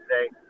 today